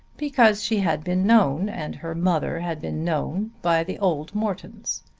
because she had been known and her mother had been known by the old mortons.